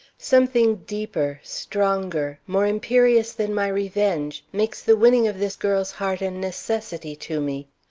something deeper, stronger, more imperious than my revenge makes the winning of this girl's heart a necessity to me.